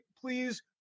please